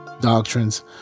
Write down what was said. doctrines